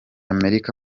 amerika